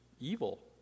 evil